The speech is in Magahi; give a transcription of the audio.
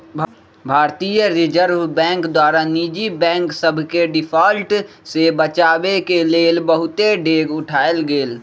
भारतीय रिजर्व बैंक द्वारा निजी बैंक सभके डिफॉल्ट से बचाबेके लेल बहुते डेग उठाएल गेल